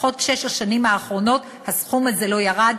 לפחות במהלך שש השנים האחרונות, הסכום הזה לא ירד.